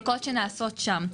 בדיקות שנעשות שם.